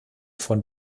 von